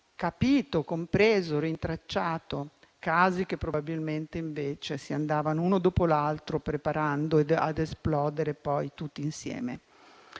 capito, compreso, rintracciato casi che probabilmente invece si andavano uno dopo l'altro preparando ad esplodere tutti insieme.